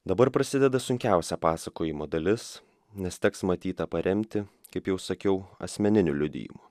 dabar prasideda sunkiausia pasakojimo dalis nes teks matytą paremti kaip jau sakiau asmeniniu liudijimu